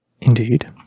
Indeed